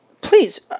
Please